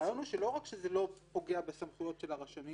הרעיון הוא שלא רק שזה לא פוגע בסמכויות של הרשמים,